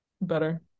better